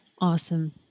Awesome